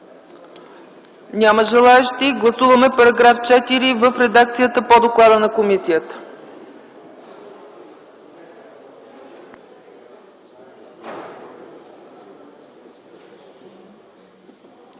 Няма желаещи. Гласуваме § 4 в редакцията по доклада на комисията.